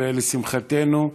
לשמחתנו,